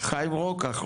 חיים רוקח,